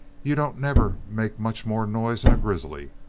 you don't never make much more noise'n a grizzly.